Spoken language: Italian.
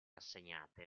assegnate